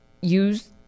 use